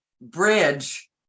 bridge